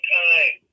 time